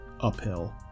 uphill